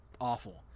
awful